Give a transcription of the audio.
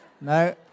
No